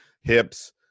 hips